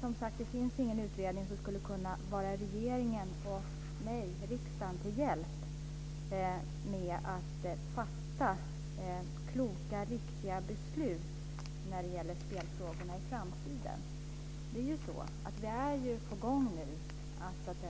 Som sagt, det finns ingen utredning som skulle kunna vara regeringen och riksdagen till hjälp med att fatta kloka och riktiga beslut när det gäller spelfrågorna i framtiden. Vi är på gång att